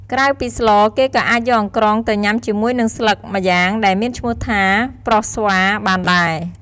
ក្រៅពីស្ល គេក៏អាចយកអង្រ្កងទៅញាំជាមួយនឹងស្លឹកម្យ៉ាងដែលមានឈ្មោះថា ប្រោះស្វារ បានដែរ។